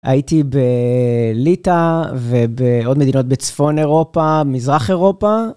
הייתי בליטא ובעוד מדינות בצפון אירופה, מזרח אירופה.